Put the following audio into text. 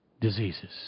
diseases